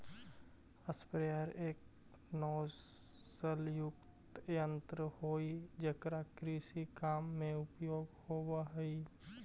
sprayer एक नोजलयुक्त यन्त्र हई जेकरा कृषि काम में उपयोग होवऽ हई